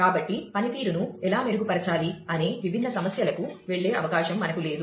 కాబట్టి పనితీరును ఎలా మెరుగుపరచాలి అనే విభిన్న సమస్యలకు వెళ్ళే అవకాశం మనకు లేదు